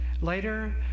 Later